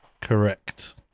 Correct